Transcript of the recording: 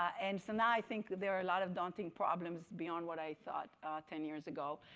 and so, now i think there are a lot of daunting problems beyond what i thought ten years ago.